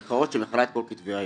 במרכאות, שמכלה את כל כתבי היד.